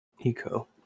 eco